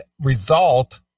result